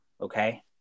Okay